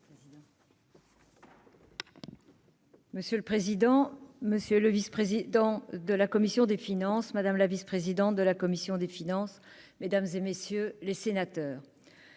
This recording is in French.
Monsieur le président, monsieur le vice-président de la commission des finances, madame la vice-présidente de la commission des finances, mesdames et messieurs les sénateurs,